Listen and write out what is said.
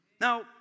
Now